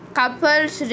couple's